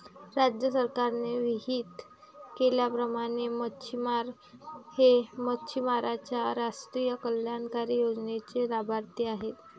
राज्य सरकारने विहित केल्याप्रमाणे मच्छिमार हे मच्छिमारांच्या राष्ट्रीय कल्याणकारी योजनेचे लाभार्थी आहेत